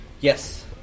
Yes